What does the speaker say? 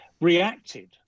reacted